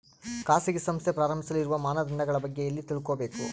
ಖಾಸಗಿ ಸಂಸ್ಥೆ ಪ್ರಾರಂಭಿಸಲು ಇರುವ ಮಾನದಂಡಗಳ ಬಗ್ಗೆ ಎಲ್ಲಿ ತಿಳ್ಕೊಬೇಕು?